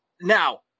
Now